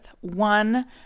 One